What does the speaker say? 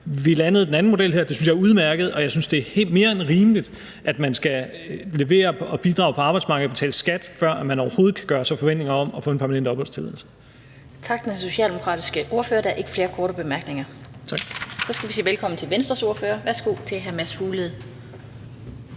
vi landede den anden model her, og det synes jeg er udmærket. Jeg synes, det er mere end rimeligt, at man skal levere og bidrage på arbejdsmarkedet og betale skat, før man overhovedet kan gøre sig forventninger om at få en permanent opholdstilladelse. Kl. 14:48 Den fg. formand (Annette Lind): Tak til den socialdemokratiske ordfører. Der er ikke flere korte bemærkninger. Så skal vi sige velkommen til Venstres ordfører. Værsgo til hr. Mads Fuglede.